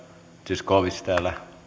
zyskowicz täällä